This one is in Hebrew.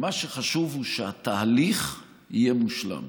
שמה שחשוב הוא שהתהליך יהיה מושלם.